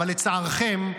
אבל לצערכם,